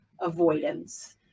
avoidance